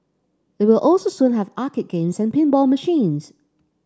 it will also soon have arcade games and pinball machines